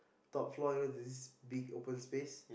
top floor there's this big open space